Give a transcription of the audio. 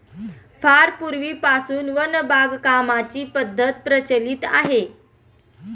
फार पूर्वीपासून वन बागकामाची पद्धत प्रचलित आहे